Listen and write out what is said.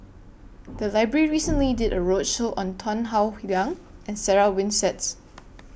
The Library recently did A roadshow on Tan Howe Liang and Sarah Winstedt